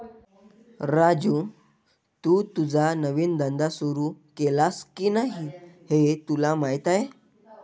राजू, तू तुझा नवीन धंदा सुरू केलास की नाही हे तुला माहीत आहे